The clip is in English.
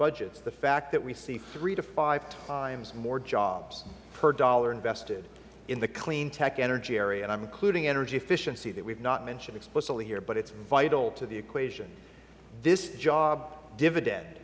budget the fact that we see three to five times more jobs per dollar invested in the clean tech energy area and i am including energy efficiency that we have not mentioned explicitly here but it is vital to the equation this job dividend